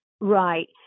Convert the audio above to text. Right